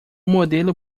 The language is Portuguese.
modelo